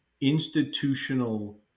institutional